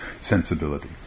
sensibility